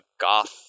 goth